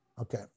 Okay